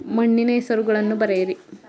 ಮಣ್ಣಿನ ಹೆಸರುಗಳನ್ನು ಬರೆಯಿರಿ